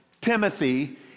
Timothy